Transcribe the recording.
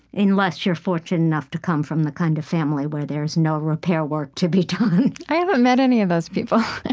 unless you're fortunate enough to come from the kind of family where there's no repair work to be done. i haven't met any of those people. and